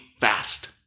fast